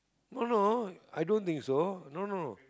no no i don't think so no no